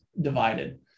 Divided